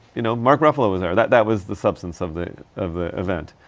you know, mark ruffalo was there. that, that was the substance of the, of the event.